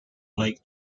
lake